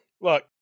look